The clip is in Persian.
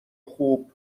خوب